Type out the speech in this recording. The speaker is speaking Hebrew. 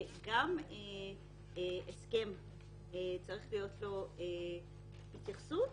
גם להסכם צריכה להיות התייחסות,